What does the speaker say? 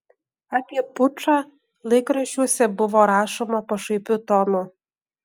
apie pučą laikraščiuose buvo rašoma pašaipiu tonu